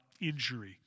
injury